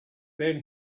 then